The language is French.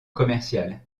commercial